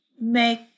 make